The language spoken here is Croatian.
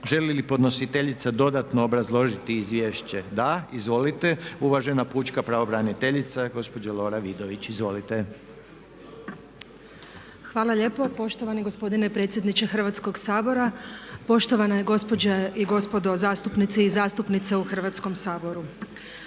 Želi li podnositeljica dodatno obrazložiti izvješće? Da. Izvolite uvažena pučka pravobraniteljica gospođa Lora Vidović. Izvolite. **Vidović, Lora** Hvala lijepo poštovani gospodine predsjedniče Hrvatskoga sabora, poštovane gospođe i gospodo zastupnici i zastupnice u Hrvatskom saboru.